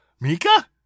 Mika